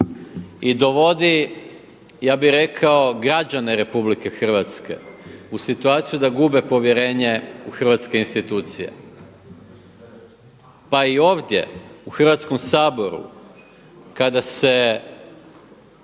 i dovodi građane RH u situaciju da gube povjerenje u hrvatske institucije. pa i ovdje u Hrvatskom saboru kada se